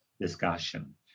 discussion